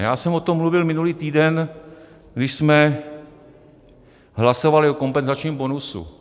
Já jsem o tom mluvil minulý týden, když jsme hlasovali o kompenzačním bonusu.